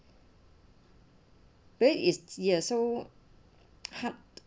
bake is ya so hard